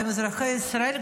הם אזרחי ישראל,